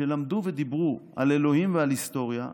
שלמדו ודיברו על אלוהים ועל היסטוריה,